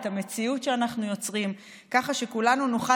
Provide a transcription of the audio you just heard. את המציאות שאנחנו יוצרים ככה שכולנו נוכל